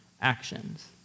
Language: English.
actions